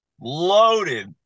loaded